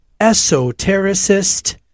esotericist